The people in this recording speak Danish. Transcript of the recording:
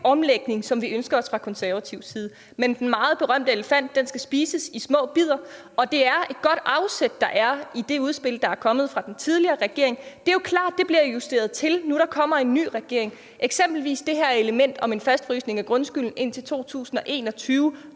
omlægning, som vi ønsker os fra Konservatives side. Men den meget berømte elefant skal spises i små bidder, og det er et godt afsæt, der er i det udspil, der er kommet fra den tidligere regering. Det er klart, at det bliver justeret, når der nu er kommet en ny regering. Eksempelvis lå det her element om en fastfrysning af grundskylden indtil 2021